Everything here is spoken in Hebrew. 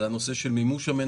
מה שאנחנו מדברים עליו עכשיו,